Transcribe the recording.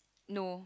no